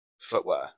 footwear